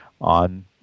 on